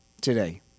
today